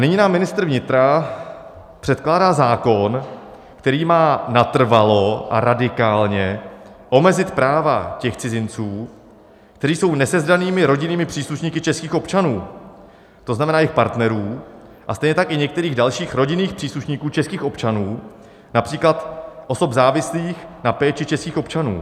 A nyní nám ministr vnitra předkládá zákon, který má natrvalo a radikálně omezit práva těch cizinců, kteří jsou nesezdanými rodinnými příslušníky českých občanů, to znamená jejich partnerů, a stejně tak i některých dalších rodinných příslušníků českých občanů, například osob závislých na péči českých občanů.